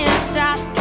Inside